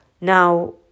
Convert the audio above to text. Now